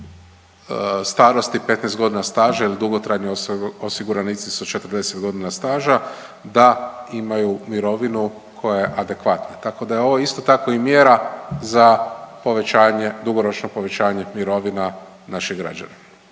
starosti, 15 godina staža ili dugotrajni osiguranici sa 40 godina staža da imaju mirovinu koja je adekvatna. Tako da je ovo isto tako i mjera za povećanje, dugoročno povećanje mirovina našim građanima.